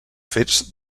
fets